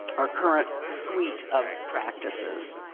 our current suite of practices.